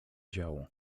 działo